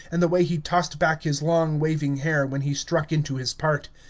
and the way he tossed back his long waving hair when he struck into his part.